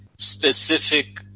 specific